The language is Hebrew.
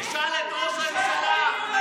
מספיק להאשים אותנו בהתנתקות.